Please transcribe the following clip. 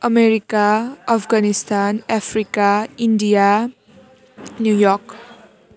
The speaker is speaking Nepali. America Afghanistan Africa India New York